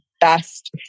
best